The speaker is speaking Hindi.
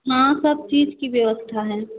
हाँ सब चीज़ की व्यवस्था है